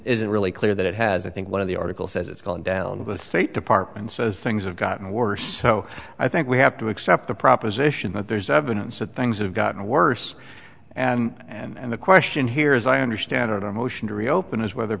isn't really clear that it has i think one of the article says it's gone down by the state department says things have gotten worse so i think we have to accept the proposition that there's evidence that things have gotten worse and the question here is i understand a motion to reopen is whether